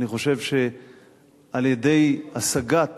אני חושב שעל-ידי השגת